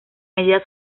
medida